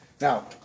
Now